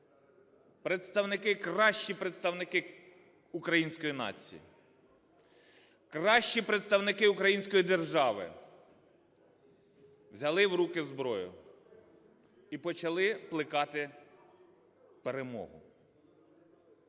представники, кращі представники української нації, кращі представники Української Держави, взяли в руки зброю і почали плекати перемогу.